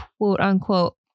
quote-unquote